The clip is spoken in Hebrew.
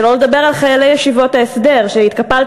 שלא לדבר על חיילי ישיבות ההסדר שהתקפלת